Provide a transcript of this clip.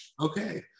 Okay